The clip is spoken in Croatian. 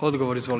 Hvala.